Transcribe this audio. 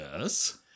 Yes